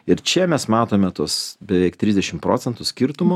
ir čia mes matome tuos beveik trisdešimt procentų skirtumo